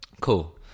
Cool